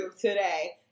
Today